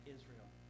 Israel